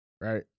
Right